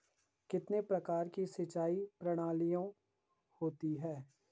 कितने प्रकार की सिंचाई प्रणालियों होती हैं?